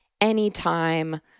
anytime